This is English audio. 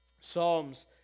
Psalms